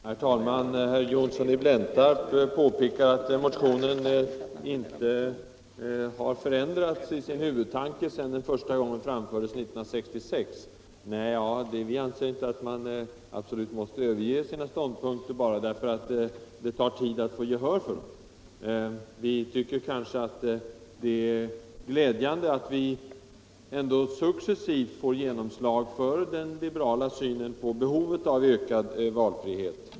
Herr talman! Herr Johnsson i Blentarp påpekade att huvudtanken i vårt förslag om längre sammanhängande ledighet inte har förändrats sedan en liknande motion första gången framfördes 1966. Vi anser inte att man skall överge sina ståndpunkter bara för att det tar tid att få gehör-för dem. Vi tycker det är glädjande att vi ändå successivt får genomslag för den liberala synen på behovet av ökad valfrihet.